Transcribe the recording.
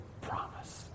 promise